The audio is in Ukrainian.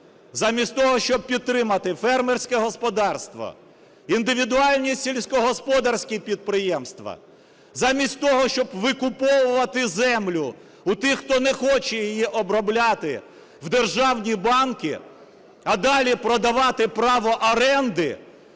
Замість того, щоб підтримати фермерське господарство, індивідуальні сільськогосподарські підприємства, замість того, щоб викуповувати землю у тих, хто не хоче її обробляти, в державні банки, а далі продавати право оренди.